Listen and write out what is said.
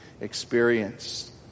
experience